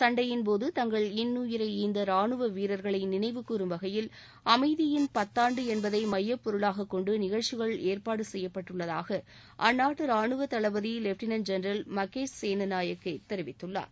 சண்டையின்போது தங்கள் இன்னுயிரை ஈந்த ரானுவ வீரர்களை நினைவுகூரும் வகையில் அமைதியின் பத்தாண்டு என்பதை மையப்பொருளாக கொண்டு நிகழச்சிகள் ஏற்பாடு செய்யப்பட்டுள்ளதாக அந்நாட்டு ரானுவ தளபதி லெப்டினென்ட் ஜெனரல் மகேஷ் சேனநாயகே தெரிவித்துள்ளார்